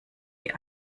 die